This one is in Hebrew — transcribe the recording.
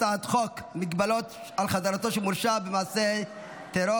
הצעת חוק מגבלות על חזרתו של מורשע במעשה טרור